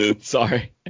Sorry